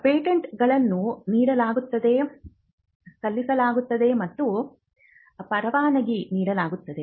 ಪೇಟೆಂಟ್ಗಳನ್ನು ನೀಡಲಾಗುತ್ತದೆ ಸಲ್ಲಿಸಲಾಗುತ್ತದೆ ಮತ್ತು ಪರವಾನಗಿ ನೀಡಲಾಗುತ್ತದೆ